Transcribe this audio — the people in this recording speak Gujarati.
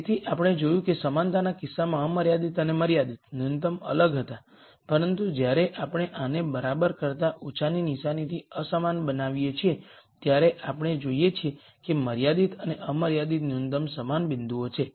તેથી આપણે જોયું કે સમાનતાના કિસ્સામાં અમર્યાદિત અને મર્યાદિત ન્યૂનતમ અલગ હતા પરંતુ જ્યારે આપણે આને બરાબર કરતાં ઓછાની નિશાનીથી અસમાન બનાવીએ છીએ ત્યારે આપણે જોઈએ છીએ કે મર્યાદિત અને અમર્યાદિત ન્યૂનતમ સમાન બિંદુઓ છે